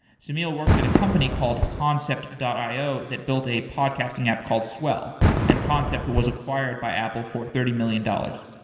semil worked at a company called concept io that built a podcasting app called swell and concept was acquired by apple for thirty million dollars.